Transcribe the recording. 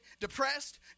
depressed